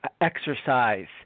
exercise